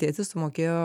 tėtis sumokėjo